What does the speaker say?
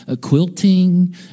quilting